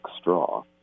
straw